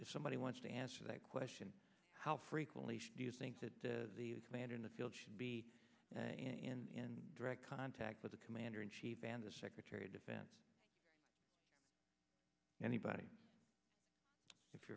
if somebody wants to answer that question how frequently should do you think that the commander in the field should be in direct contact with the commander in chief and the secretary of defense anybody if you're